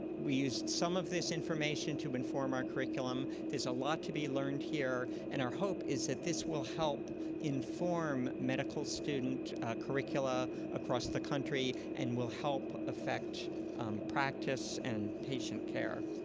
we used some of this information to inform our curriculum. there's a lot to be learned here. and our hope is that this will help inform medical student curricula across the country and will help affect practice and patient care.